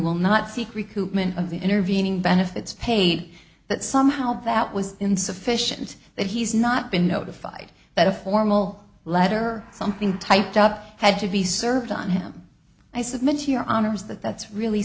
will not seek recoupment of the intervening benefits paid but somehow that was insufficient that he's not been notified that a formal letter or something typed up had to be served on him i submit to your honor's that that's really